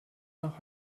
nach